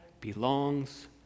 belongs